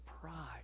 pride